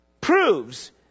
proves